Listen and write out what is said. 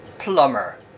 plumber